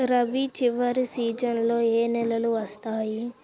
రబీ చివరి సీజన్లో ఏ నెలలు వస్తాయి?